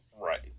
Right